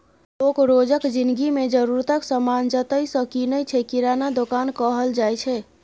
लोक रोजक जिनगी मे जरुरतक समान जतय सँ कीनय छै किराना दोकान कहल जाइ छै